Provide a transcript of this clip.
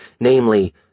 namely